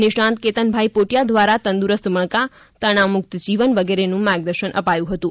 નિષ્ણાંત કેતનભાઇ પોટિયા દ્વારા તંદુરસ્ત મણકા તનાવમુક્ત આનંદ વગેરેનું માર્ગદર્શન અપાયું હતું